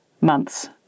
months